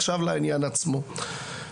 עכשיו לעניין עצמו,